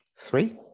Three